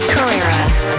Carreras